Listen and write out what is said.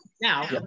Now